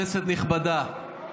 כנסת נכבדה,